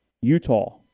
Utah